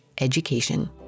education